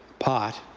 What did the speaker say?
pot,